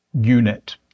unit